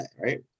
right